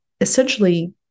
essentially